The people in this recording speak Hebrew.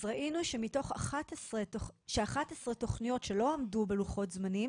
ראינו ש-11 תכניות שלא עמדו בלוחות זמנים